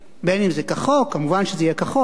בין שזה כחוק, מובן שזה יהיה כחוק,